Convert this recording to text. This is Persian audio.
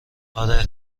آره